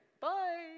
bye